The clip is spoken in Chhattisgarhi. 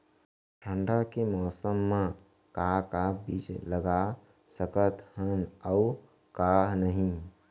ठंडा के मौसम मा का का बीज लगा सकत हन अऊ का नही?